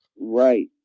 Right